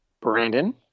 Brandon